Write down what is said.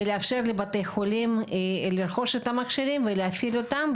ולאפשר לבתי חולים לרכוש את המכשירים ולהפעיל אותם,